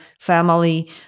family